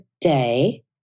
day